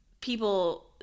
people